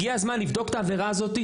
הגיע הזמן לבדוק את העבירה הזאת.